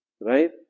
Right